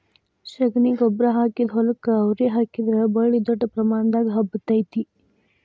ಶಗಣಿ ಗೊಬ್ಬ್ರಾ ಹಾಕಿದ ಹೊಲಕ್ಕ ಅವ್ರಿ ಹಾಕಿದ್ರ ಬಳ್ಳಿ ದೊಡ್ಡ ಪ್ರಮಾಣದಾಗ ಹಬ್ಬತೈತಿ